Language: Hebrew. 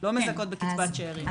לא מזכות בקצבת שארים?